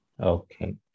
Okay